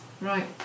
Right